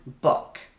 book